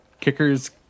Kicker's